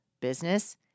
business